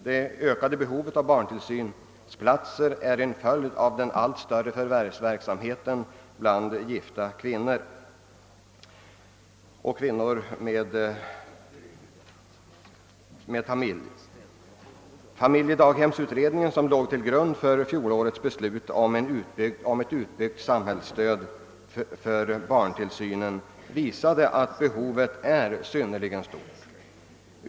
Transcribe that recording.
Det ökade behovet av barntillsynsplatser är en följd av att allt fler kvinnor med familj förvärvsarbetar. Familjedaghemsutredningen, som låg till grund för fjolårets beslut om ett utbyggt samhällsstöd för barntillsynen, visade att behovet är synnerligen stort.